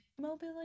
mobility